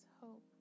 hope